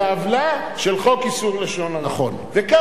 היא עוולה של חוק איסור לשון הרע.